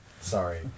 Sorry